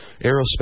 aerospace